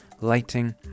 lighting